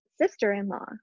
sister-in-law